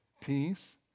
Peace